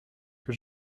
que